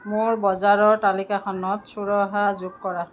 মোৰ বজাৰৰ তালিকাখনত চুৰহা যোগ কৰা